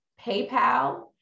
PayPal